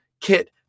kit